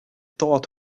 thought